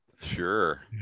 Sure